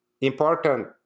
important